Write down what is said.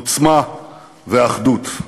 עוצמה ואחדות.